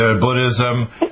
Buddhism